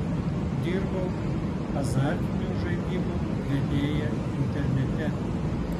dirbau azartinių žaidimų vedėja internete